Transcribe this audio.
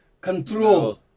control